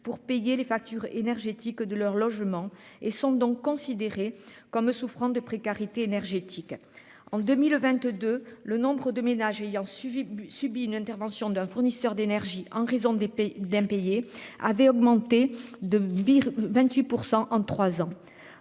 pour payer les factures énergétiques de leur logement et sont donc considérés comme souffrant de précarité énergétique. En 2022, le nombre de ménages ayant suivi plus subi une intervention d'un fournisseur d'énergie en raison des épée d'impayés avaient augmenté de Vire, 28% en 3 ans,